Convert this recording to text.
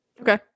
Okay